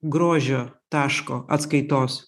grožio taško atskaitos